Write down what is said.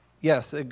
Yes